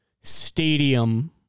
stadium